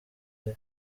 bwe